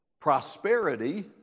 prosperity